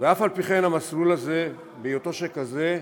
ואף-על-פי-כן המסלול הזה, בהיותו שכזה,